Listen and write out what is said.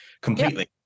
completely